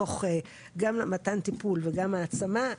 תוך גם מתן טיפול וגם העצמה,